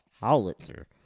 howitzer